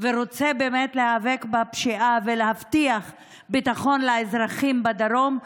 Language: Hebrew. ורוצה באמת להיאבק בפשיעה ולהבטיח ביטחון לאזרחים בדרום,